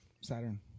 Saturn